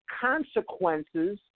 consequences